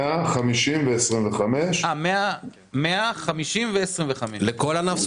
כן.